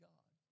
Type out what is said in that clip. God